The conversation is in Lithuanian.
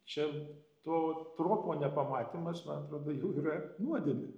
čia to tropo nepamatymas man atrodo jau yra nuodėmė